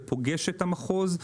זה פוגש את המחוז.